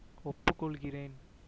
ஒப்புக்கொள்கிறேன்